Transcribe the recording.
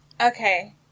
Okay